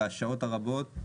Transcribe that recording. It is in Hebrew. והשעות הרבות,